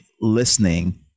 listening